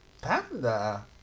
Panda